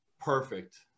perfect